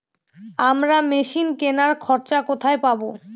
আমরা মেশিন কেনার খরচা কোথায় পাবো?